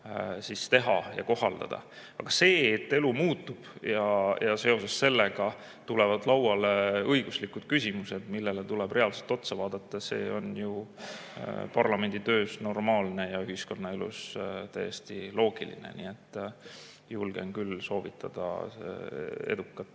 siis võiks seda teha. Aga elu muutub ja seoses sellega tulevad lauale õiguslikud küsimused, millele tuleb reaalselt otsa vaadata. See on parlamendi töös normaalne ja ühiskonnaelus täiesti loogiline. Julgen küll soovitada edukat